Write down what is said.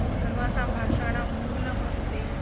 सर्वासां भाषाणां मूलमस्ति